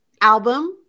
album